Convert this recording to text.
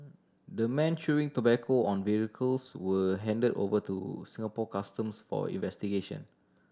the men chewing tobacco and vehicles were handed over to Singapore Customs for investigation